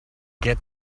get